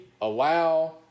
allow